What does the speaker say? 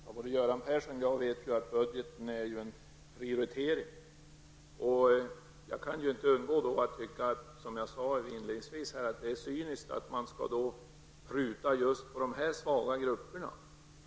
Herr talman! Både Göran Persson och jag vet att budgeten är en prioritering. Jag kan inte undgå att tycka, som jag sade inledningsvis, att det är cyniskt att man skall pruta när det gäller just dessa svaga grupper.